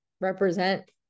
represent